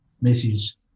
messages